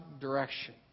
direction